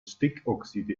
stickoxide